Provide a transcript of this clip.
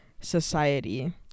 society